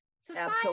society